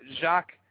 Jacques